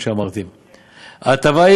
שלא היו